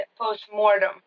post-mortem